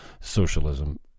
Socialism